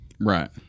Right